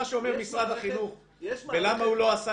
מה שאומר משרד החינוך ולמה הוא לא עשה